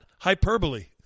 hyperbole